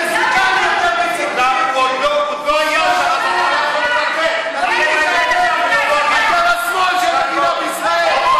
מסוכן, אותו יום, כל השמאל של מדינת ישראל,